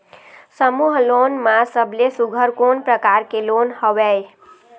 समूह लोन मा सबले सुघ्घर कोन प्रकार के लोन हवेए?